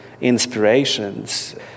inspirations